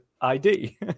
ID